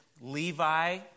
Levi